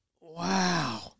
Wow